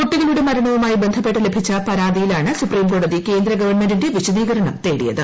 കുട്ടികളുടെ മരണവുമായി ബ്ന്ധപ്പെട്ട് ലഭിച്ച പരാതിയിലാണ് സുപ്രീം കോടതി കേന്ദ്ര ഗവൺമെന്റി്ന്റെ വിശുദീകരണം തേടിയത്